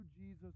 jesus